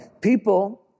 People